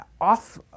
off